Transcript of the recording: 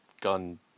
gun